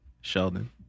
Sheldon